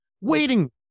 waiting